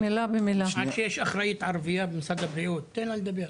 עד שיש אחראית ערבייה במשרד הבריאות, תן לה לדבר.